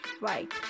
right